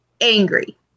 Angry